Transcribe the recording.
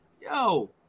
yo